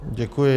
Děkuji.